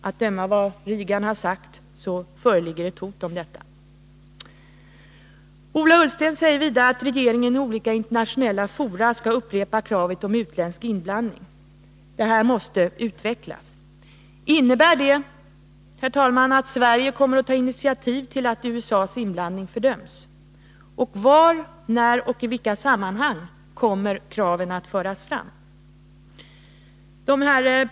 Att döma av vad Reagan har sagt föreligger ett hot om detta. Ola Ullsten säger vidare att regeringen i olika internationella fora skall upprepa kravet på att utländsk inblandning skall upphöra. Detta måste utvecklas. Innebär det, herr talman, att Sverige kommer att ta initiativ till att USA:s inblandning fördöms? Och var, när och i vilka sammanhang kommer kraven att föras fram?